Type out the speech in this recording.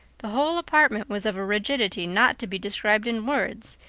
the whole apartment was of a rigidity not to be described in words,